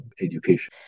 education